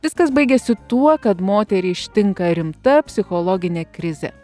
viskas baigiasi tuo kad moterį ištinka rimta psichologinė krizė